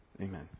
Amen